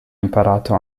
imparato